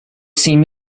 seam